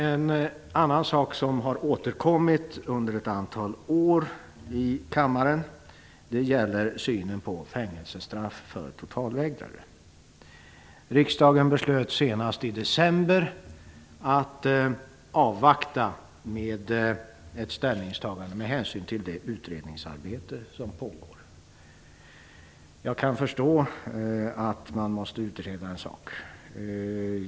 En annan sak som har återkommit under ett antal år i kammaren gäller synen på fängelsestraff för totalvägrare. Riksdagen beslutade senast i december att avvakta med ett ställningstagande med hänvisning till det utredningsarbete som pågår. Jag kan förstå att man måste utreda en sak.